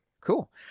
cool